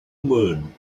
moon